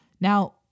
Now